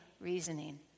reasoning